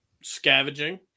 scavenging